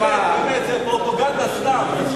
אדוני, תשמע, באמת, זו פרופגנדה סתם.